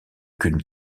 qu’une